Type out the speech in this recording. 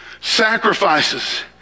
Sacrifices